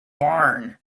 barn